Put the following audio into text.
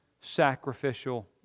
sacrificial